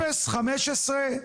0.15,